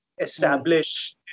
establish